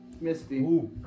Misty